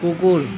কুকুৰ